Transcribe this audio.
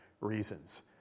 reasons